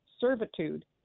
servitude